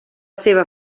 seva